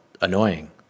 annoying